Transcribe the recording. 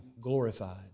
glorified